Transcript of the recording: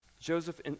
Joseph